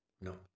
No